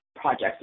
projects